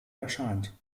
erscheint